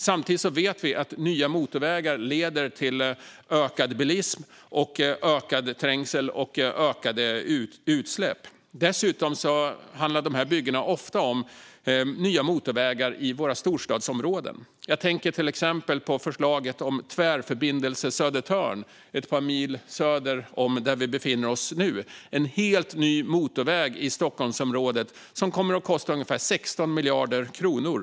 Samtidigt vet vi att nya motorvägar leder till ökad bilism, ökad trängsel och ökade utsläpp. Dessutom handlar de här byggena ofta om nya motorvägar i våra storstadsområden. Jag tänker till exempel på förslaget om Tvärförbindelse Södertörn ett par mil söder om där vi befinner oss nu. Det handlar om en helt ny motorväg i Stockholmsområdet som kommer att kosta ungefär 16 miljarder kronor.